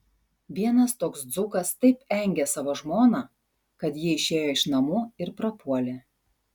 vienas toks dzūkas taip engė savo žmoną kad ji išėjo iš namų ir prapuolė